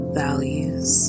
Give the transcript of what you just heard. values